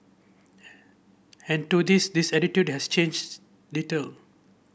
an and to this this attitude has changed little